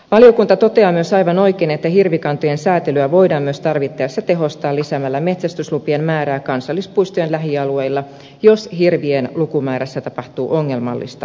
valiokunta toteaa myös aivan oikein että hirvikantojen säätelyä voidaan myös tarvittaessa tehostaa lisäämällä metsästyslupien määrää kansallispuistojen lähialueilla jos hirvien lukumäärässä tapahtuu ongelmallista kasvua